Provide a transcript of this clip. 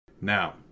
Now